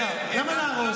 ולכן, למה להרוס?